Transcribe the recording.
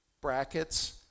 brackets